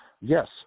yes